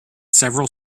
several